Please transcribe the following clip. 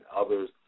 others